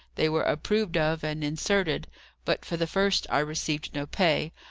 they were approved of and inserted but for the first i received no pay.